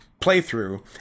playthrough